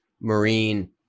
Marine